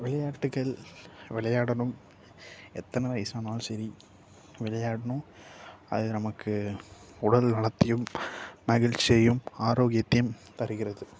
விளையாட்டுகள் விளையாடணும் எத்தனை வயதானாலும் சரி விளையாடணும் அது நமக்கு உடல்நலத்தையும் மகிழ்ச்சியையும் ஆரோக்கியத்தையும் தருகிறது